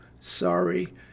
sorry